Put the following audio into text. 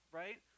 right